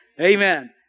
Amen